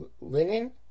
linen